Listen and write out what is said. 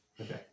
Okay